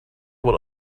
what